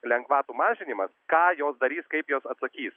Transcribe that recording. lengvatų mažinimas ką jos darys kaip jos atsakys